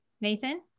Nathan